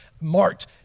marked